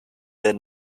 their